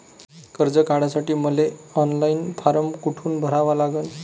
कर्ज काढासाठी मले ऑनलाईन फारम कोठून भरावा लागन?